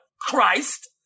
Christ